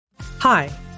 Hi